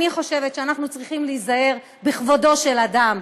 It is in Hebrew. אני חושבת שאנחנו צריכים להיזהר בכבודו של אדם,